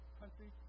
country